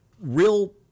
real